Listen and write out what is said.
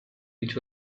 which